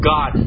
God